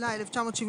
התשל"ה 1975